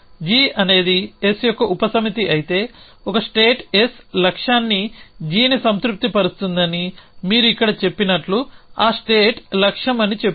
G అనేది S యొక్క ఉపసమితి అయితే ఒక స్టేట్ S లక్ష్యాన్ని gని సంతృప్తిపరుస్తుందని మీరు ఇక్కడ చెప్పినట్లు ఆ స్టేట్ లక్ష్యం అని చెప్పారు